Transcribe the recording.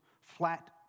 flat